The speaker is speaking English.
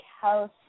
house